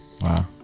wow